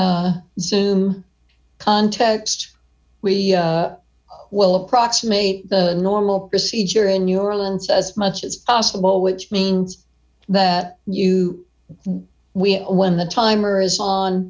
zoom context we will approximate the normal procedure in new orleans as much as possible which means that you we when the timer is on